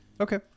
Okay